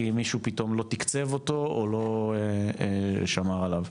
כי מישהו פתאום לא תקצב אותו, או לא שמר עליו.